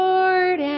Lord